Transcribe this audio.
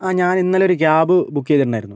ഞാൻ ഇന്നലെ ഒരു ക്യാബ് ബുക്ക് ചെയ്തിട്ടുണ്ടായിരുന്നു